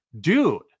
dude